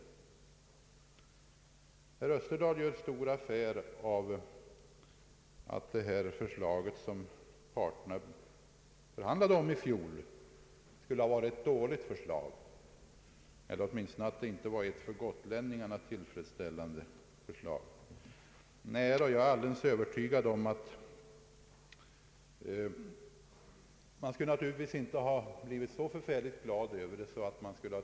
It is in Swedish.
Herr Österdahl gör stor affär av att det förslag som parterna förhandlade om i fjol skulle ha varit ett dåligt förslag eller åtminstone inte ett för gotlänningarna tillfredsställande förslag.